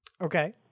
Okay